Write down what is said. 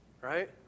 Right